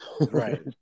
right